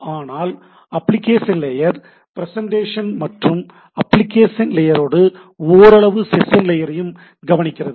ஆனால் application layer presentation மற்றும் application லேயரோடு ஓரளவு செசன் லேயரையும் கவனிக்கிறது